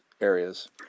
areas